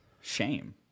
shame